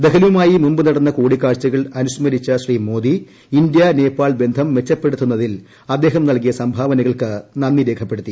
ദഹലുമായി മുമ്പു നടന്നു കൂടിക്കാഴ്ചകൾ അനുസ്മരിച്ച ശ്രീ മോദി ഇന്ത്യ നേപ്പാൾ ബന്ധം മെച്ചപ്പെടുത്തുന്നതിൽ അദ്ദേഹം നൽകിയ സംഭാവനകൾക്ക് നന്ദി രേഖപ്പെടുത്തി